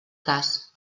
cas